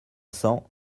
cents